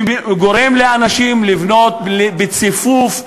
גורם לאנשים לבנות בציפוף,